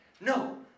no